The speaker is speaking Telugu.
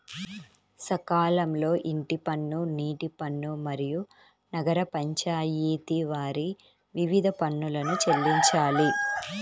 సకాలంలో ఇంటి పన్ను, నీటి పన్ను, మరియు నగర పంచాయితి వారి వివిధ పన్నులను చెల్లించాలి